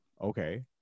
okay